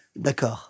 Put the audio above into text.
D'accord